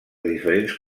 diferents